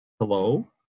hello